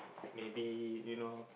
maybe you know